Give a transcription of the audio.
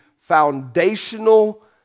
foundational